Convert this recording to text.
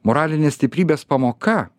moralinės stiprybės pamoka